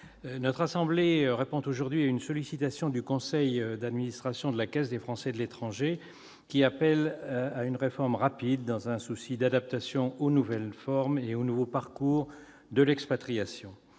Haute Assemblée répond aujourd'hui à une sollicitation du conseil d'administration de la Caisse des Français de l'étranger qui appelle à une réforme rapide, dans un souci d'adaptation aux nouvelles formes et aux nouveaux parcours de l'expatriation.